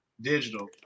digital